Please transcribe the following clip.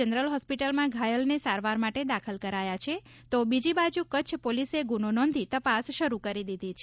general હોસ્પિટલમાં ઘાયલને સારવાર માટે દાખલ કરાયા છે તો બીજી બાજુ કચ્છ પોલીસે ગુનો નોંધી તપાસ શરૂ કરી દીધી છે